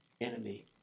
enemy